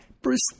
bruce